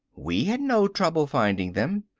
we had no trouble finding them.